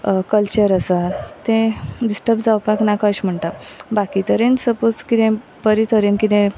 culture आसा तें disturb जावपाक ना कशें म्हणटा बाकी तरेन सपोज कितें बरें तरेन कितें